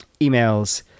Emails